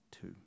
two